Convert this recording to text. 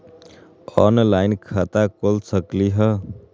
Online खाता खोल सकलीह?